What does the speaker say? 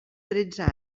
tretze